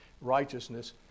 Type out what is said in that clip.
righteousness